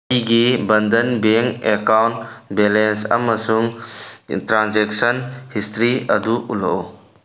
ꯑꯩꯒꯤ Bandhan bank account balance ꯑꯃꯁꯨꯡ transaction history ꯑꯗꯨ ꯎꯠꯂꯛꯎ